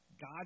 God